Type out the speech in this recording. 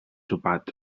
sopat